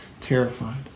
terrified